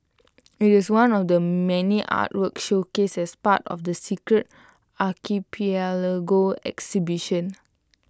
IT is one of the many artworks showcased as part of the secret archipelago exhibition